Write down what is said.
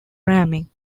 ramming